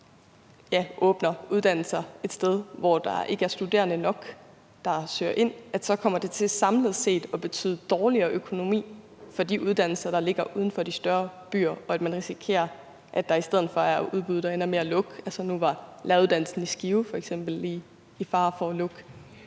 eller åbner uddannelser ét sted, hvor der ikke er studerende nok, der søger ind, så kommer det til samlet set at betyde dårligere økonomi for de uddannelser, der ligger uden for de større byer, og at man risikerer, at der i stedet for er udbud, der ender med at lukke? Nu var læreruddannelsen i Skive f.eks. i fare for at lukke.